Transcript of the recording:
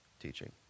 teaching